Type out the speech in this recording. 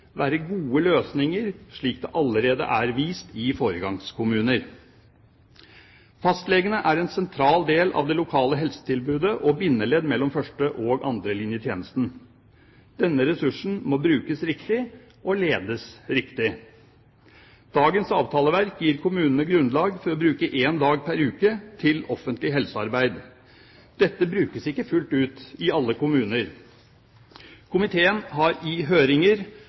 være gode løsninger, slik det allerede er vist i foregangskommuner. Fastlegene er en sentral del av det lokale helsetilbudet og bindeledd mellom første- og andrelinjetjenesten. Denne ressursen må brukes riktig og ledes riktig. Dagens avtaleverk gir kommunene grunnlag for å bruke én dag pr. uke til offentlig helsearbeid. Dette brukes ikke fullt ut i alle kommuner. Komiteen har i høringer